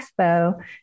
Expo